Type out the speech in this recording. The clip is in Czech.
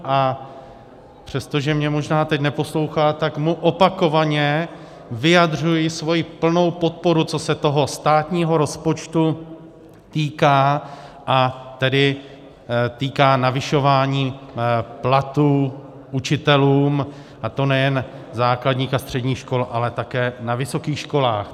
A přestože mě možná teď neposlouchá, tak mu opakovaně vyjadřuji svoji plnou podporu, co se toho státního rozpočtu týká, a tedy týká navyšování platů učitelům, a to nejen základních a středních škol, ale také na vysokých školách.